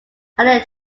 highly